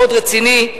מאוד רציני.